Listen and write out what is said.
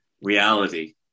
reality